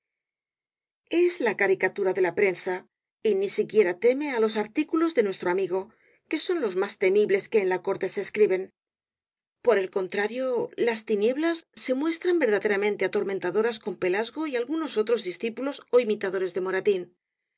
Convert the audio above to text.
es la caricatura de la prensa y ni siquiera teme á los artículos de nuestro amigo que son los más temibles que en la corte se escriben por el contrario las tinieblas se muestran verdaderamente atormentadoras con pelasgo y algunos otros discípulos ó imitadores de moratín es